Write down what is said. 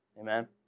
Amen